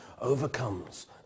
overcomes